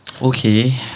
Okay